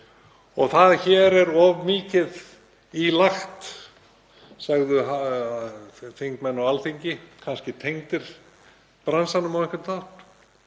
hituna. Hér er of mikið í lagt, segðu þingmenn á Alþingi, kannski tengdir bransanum á einhvern hátt,